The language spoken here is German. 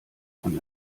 von